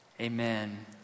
Amen